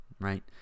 right